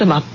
समाप्त